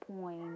point